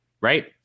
Right